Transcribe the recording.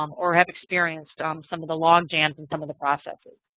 um or have experienced um some of the logjams and some of the processes.